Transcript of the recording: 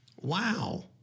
Wow